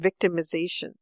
victimization